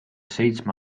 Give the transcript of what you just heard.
seitsme